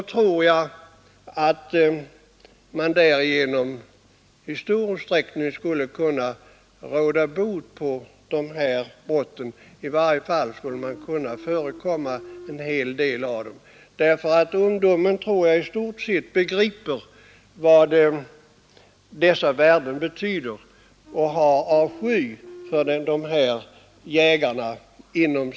Jag tror nämligen att ungdomen i stort sett begriper vad dessa värden betyder och har avsky för de här ”jägarna”.